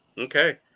Okay